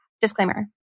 disclaimer